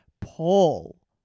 Paul